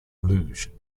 luge